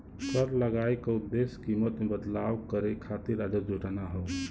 कर लगाये क उद्देश्य कीमत में बदलाव करे खातिर राजस्व जुटाना हौ